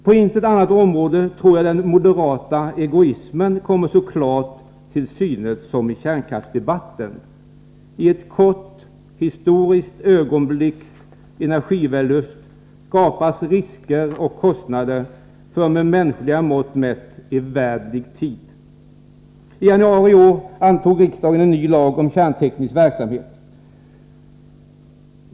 På intet annat område tror jag den moderata egoismen kommer så klart till synes som i kärnkraftsdebatten. I ett kort historiskt ögonblicks energivällust skapas risker och kostnader för, med mänskligt mått mätt, evärdlig tid. I januari i år antog riksdagen en ny lag om kärnteknisk verksamhet.